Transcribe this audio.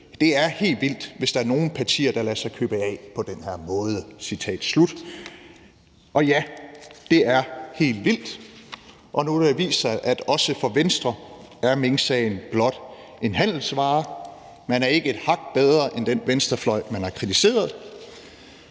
Det er helt vildt, hvis der er nogen partier, der lader sig købe af på den her måde.« Og ja, det er helt vildt, og nu har det vist sig, at også for Venstre er minksagen blot en handelsvare. Man er ikke et hak bedre end den venstrefløj, man har kritiseret.